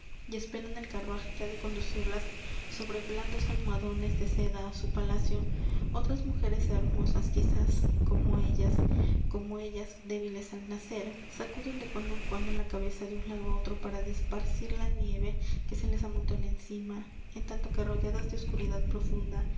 y esperan el carruaje que ha de conducirlas sobre blandos almohadones de seda á su palacio otras mujeres hermosas quizás como ellas como ellas débiles al nacer sacuden de cuando en cuando la cabeza de un lado á otro para desparcir la nieve que se les amontona encima en tanto que rodeadas de oscuridad profunda